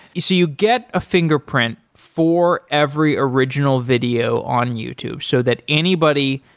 you so you get a fingerprint for every original video on youtube so that anybody,